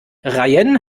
rayen